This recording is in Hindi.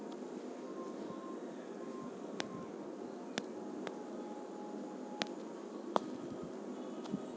सिंचाई के विभिन्न प्रकारों में शामिल है स्प्रिंकलर सिंचाई, सतही सिंचाई, उप सिंचाई और मैनुअल सिंचाई